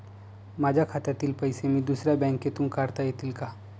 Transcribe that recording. माझ्या खात्यातील पैसे मी दुसऱ्या बँकेतून काढता येतील का?